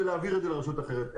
ונעביר את זה לרשות אחרת,